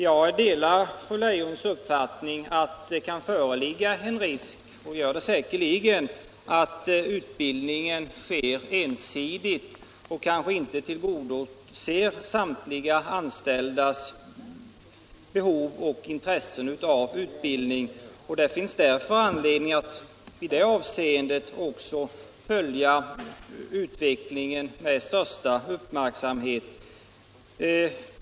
Jag delar fru Leijons uppfattning att det kan föreligga risk att utbildningen sker ensidigt och kanske inte tillgodoser samtliga anställdas behov och intresse av utbildning. Det finns därför anledning att i det avseendet följa utvecklingen med största uppmärksamhet.